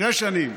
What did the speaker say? שש שנים.